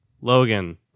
Logan